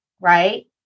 right